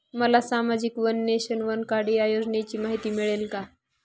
मला सामाजिक one nation, one card या योजनेची माहिती मिळेल का?